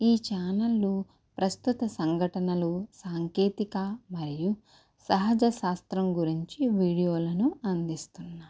ఈ ఛానళ్లు ప్రస్తుత సంఘటనలు సాంకేతిక మరియు సహజ శాస్త్రం గురించి వీడియోలను అందిస్తున్నాయి